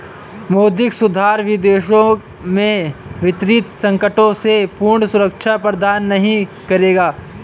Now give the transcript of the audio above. मौद्रिक सुधार विदेशों में वित्तीय संकटों से पूर्ण सुरक्षा प्रदान नहीं करेगा